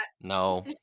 No